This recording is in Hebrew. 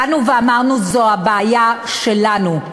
באנו ואמרנו: זו הבעיה שלנו,